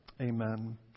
Amen